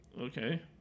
Okay